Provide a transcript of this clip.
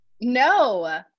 No